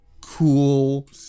cool